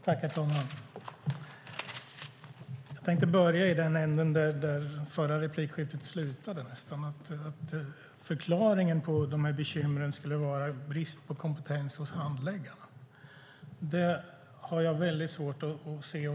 Herr talman! Jag tänkte börja i den ände där det förra replikskiftet slutade, nämligen att förklaringen till dessa bekymmer skulle vara brist på kompetens hos handläggarna. Det har jag väldigt svårt att se.